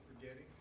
Forgetting